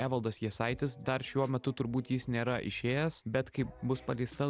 evaldas jasaitis dar šiuo metu turbūt jis nėra išėjęs bet kai bus paleista